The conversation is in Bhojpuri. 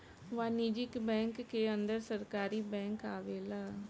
वाणिज्यिक बैंक के अंदर सरकारी बैंक आवेला